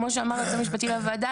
כמו שאמר היועץ המשפטי לוועדה,